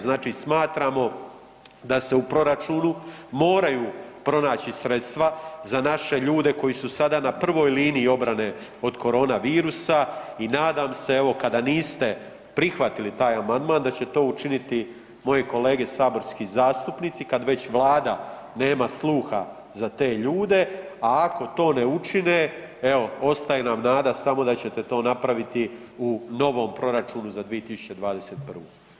Znači, smatramo da se u proračunu moraju pronaći sredstva za naše ljude koji su sada na prvoj liniji obrane od korona virusa i nadam se evo kada niste prihvatili taj amandman da će to učiniti moje kolege saborski zastupnici kad već vlada nema sluha za te ljude, a ako to ne učine evo ostaje nam nada samo da ćete to napraviti u novom proračunu za 2021.